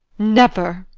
never!